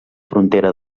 frontera